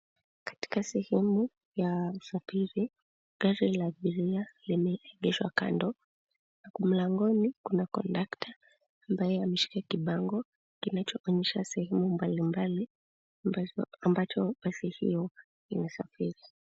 Katika sehemu ya usafiri, gari la abiria limeegeshwa kando. Mlangoni kuna kondakta ambaye ameshika kibango kinachoonyesha sehemu mbalimbali ambacho basi hio inasafiri.